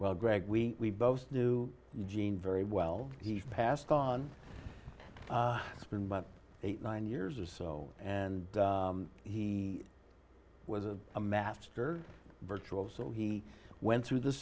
well greg we both knew gene very well he passed on it's been about eight nine years or so and he was a master virtual so he went through the